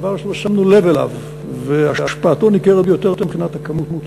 דבר שלא שמנו לב אליו והשפעתו ניכרת ביותר מבחינת הכמות.